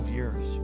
years